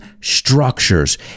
structures